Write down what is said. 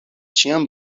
ĉiam